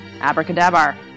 Abracadabra